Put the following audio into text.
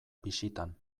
bizitan